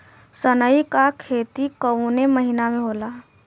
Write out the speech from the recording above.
सनई का खेती कवने महीना में होला?